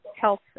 health